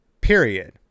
period